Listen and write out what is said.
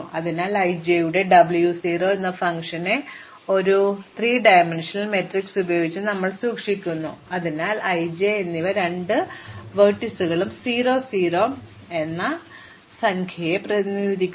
അതിനാൽ i j യുടെ W 0 എന്ന ഫംഗ്ഷനെ ഒരു ത്രിമാന മാട്രിക്സ് ഉപയോഗിച്ച് ഞങ്ങൾ സൂക്ഷിക്കുന്നു അതിനാൽ i j എന്നിവ രണ്ട് ലംബങ്ങളെയും 0 0 ആവർത്തന സംഖ്യയെയും പ്രതിനിധീകരിക്കുന്നു